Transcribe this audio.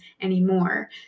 anymore